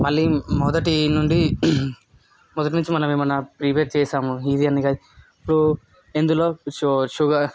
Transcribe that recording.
మళ్ళీ మొదటి నుండి మొదటి నుంచి మనం ఎమన్నా ఇవే చేసాము ఇవన్నీ కలిపి పో ఇందులో షో షుగర్